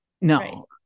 No